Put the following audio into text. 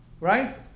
right